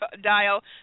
dial